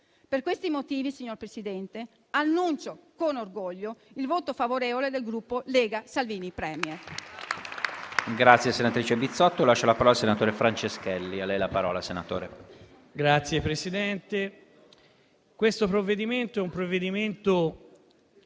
Per questi motivi, signor Presidente, annuncio con orgoglio il volto favorevole del Gruppo Lega Salvini-*Premier*.